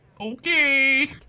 okay